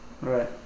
right